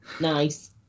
nice